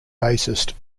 bassist